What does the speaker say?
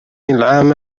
العام